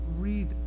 read